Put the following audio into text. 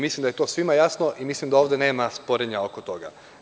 Mislim da je to svima jasno i mislim da nema sporenja oko toga.